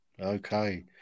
Okay